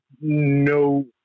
no